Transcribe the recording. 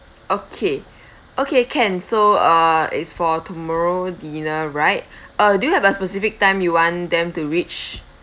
okay okay can so uh it's for tomorrow dinner right uh do you have a specific time you want them to reach